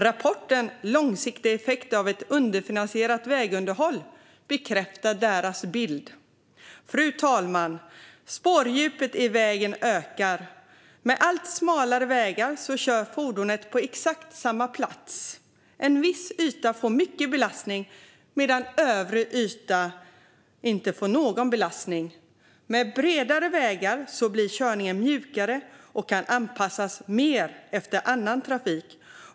Rapporten Långsiktiga effekter av ett underfinansierat vägunderhåll bekräftar deras bild. Fru talman! Spårdjupet i vägen ökar. Med allt smalare vägar kör fordonen på exakt samma plats. En viss yta får mycket belastning medan övrig yta inte får någon belastning. Med bredare vägar blir körningen mjukare, och den kan anpassas mer efter annan trafik.